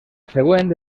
següent